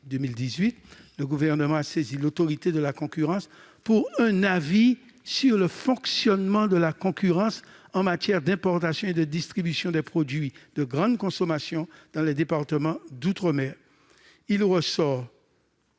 le Gouvernement a saisi pour avis l'Autorité de la concurrence sur le fonctionnement de la concurrence en matière d'importations et de distribution des produits de grande consommation dans les départements d'outre-mer. Il ressort